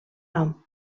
nom